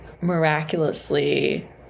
miraculously